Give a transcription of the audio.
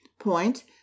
Point